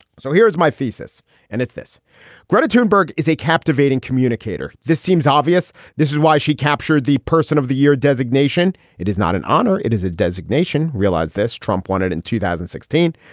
so here is my thesis and it's this credit turn burg is a captivating communicator. this seems obvious. this is why she captured the person of the year designation. it is not an honor. it is a designation. realize this trump wanted in two thousand and sixteen.